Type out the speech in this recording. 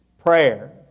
Prayer